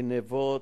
גנבות